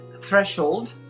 threshold